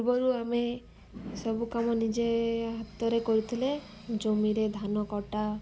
ପୂର୍ବରୁ ଆମେ ସବୁ କାମ ନିଜେ ହାତରେ କରୁଥିଲେ ଜମିରେ ଧାନ କଟା